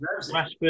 Rashford